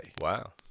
Wow